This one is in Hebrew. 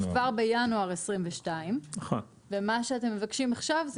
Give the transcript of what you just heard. כבר בינואר 2022. מה שאתם מבקשים עכשיו,